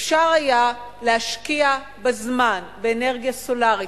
אפשר היה להשקיע בזמן באנרגיה סולרית.